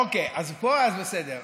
אוקיי, אז בסדר.